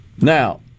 Now